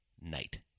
night